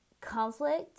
conflict